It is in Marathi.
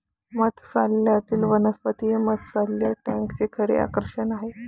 मत्स्यालयातील वनस्पती हे मत्स्यालय टँकचे खरे आकर्षण आहे